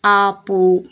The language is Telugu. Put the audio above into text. ఆపు